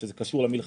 שזה קשור למלחמה,